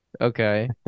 Okay